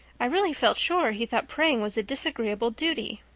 i really felt sure he thought praying was a disagreeable duty.